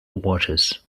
waters